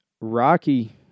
Rocky